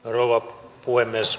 rouva puhemies